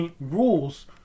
rules